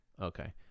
Okay